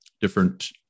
different